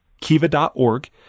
Kiva.org